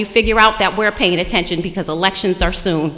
you figure out that we're paying attention because elections are soon